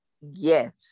Yes